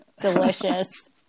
Delicious